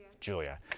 Julia